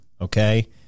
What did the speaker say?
okay